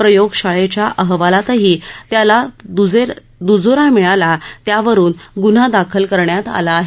प्रयोग शाळेच्या अहवालातही त्याला द्जोरा मिळाला त्यावरुन गुन्हा दाखल करण्यात आला आहे